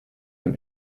dem